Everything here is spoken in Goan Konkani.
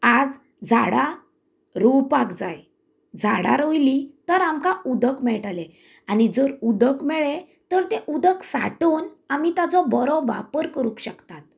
आज झाडां रोवपाक जाय झाडां रोयलीं तर आमकां उदक मेळटले आनी जर उदक मेळ्ळें तर तें उदक साठोन आमी ताचो बरो वापर करूंक शकतात